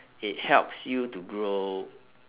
it helps you to grow